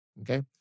Okay